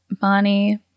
Bonnie